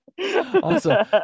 Awesome